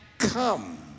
Come